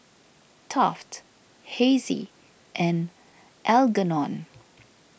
Taft Hessie and Algernon